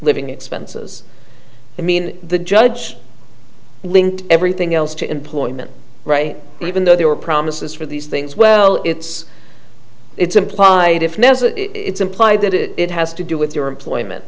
living expenses i mean the judge linked everything else to employment right even though there were promises for these things well it's it's implied if it's implied that it has to do with your employment